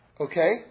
okay